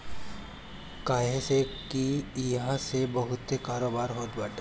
काहे से की इहा से बहुते कारोबार होत बाटे